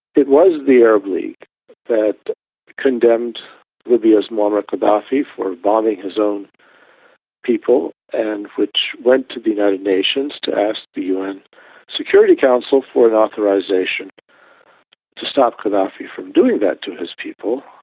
it was the arab league that condemned libya's muammar gaddafi for bombing his own people, and which went to the united nations to ask the un security council for an authorisation to stop gaddafi from doing that to his people.